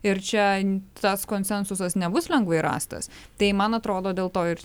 ir čia tas konsensusas nebus lengvai rastas tai man atrodo dėl to ir